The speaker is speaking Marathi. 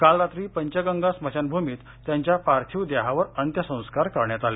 काल रात्री पंचगंगा स्मशानभूमीत त्यांच्या पार्थिव देहावर अंत्यसंस्कार करण्यात आले